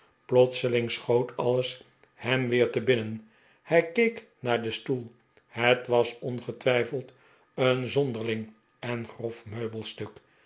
plotseling schoot alles hem weer te binnen hij keek naar den stoel het was ongetwijfeld een zonderling en grof meubelstuk